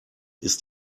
ist